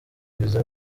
viza